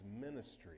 ministry